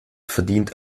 verdient